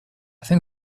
think